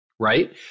Right